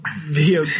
video